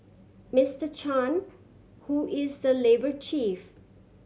Mister Chan who is the labour chief